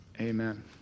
Amen